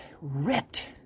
ripped